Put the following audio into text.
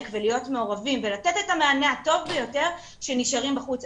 ולהיות מעורבים ולתת את המענה הטוב ביותר שנשארים בחוץ.